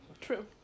True